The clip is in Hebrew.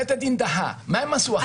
בית הדין דחה, מה הם עשו אחר כך?